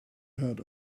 heard